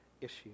issue